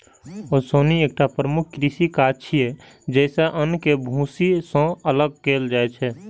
ओसौनी एकटा प्रमुख कृषि काज छियै, जइसे अन्न कें भूसी सं अलग कैल जाइ छै